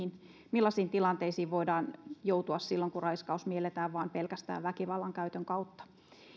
millaisiin tilanteisiin voidaan joutua silloin kun raiskaus mielletään vain pelkästään väkivallan käytön kautta